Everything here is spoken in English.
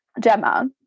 Gemma